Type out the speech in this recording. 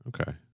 Okay